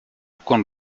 con